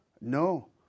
No